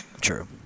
True